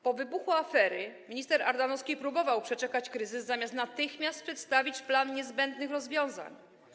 Po wybuchu afery minister Ardanowski próbował przeczekać kryzys, zamiast natychmiast przedstawić plan niezbędnych rozwiązań.